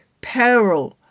peril